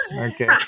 Okay